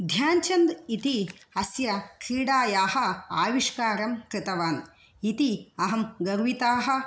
ध्यान् चन्द् इति अस्य क्रीडायाः आविष्कारं कृतवान् इति अहं गर्विताः